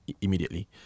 immediately